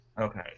Okay